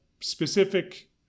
specific